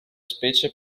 specie